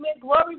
glory